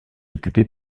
occupé